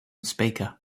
speaker